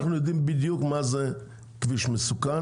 אנחנו יודעים בדיוק מה זה כביש מסוכן,